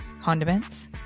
condiments